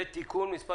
זה תיקון מס'